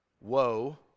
Woe